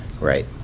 right